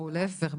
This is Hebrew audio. להיפך.